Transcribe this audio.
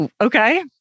Okay